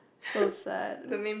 so sad